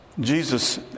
Jesus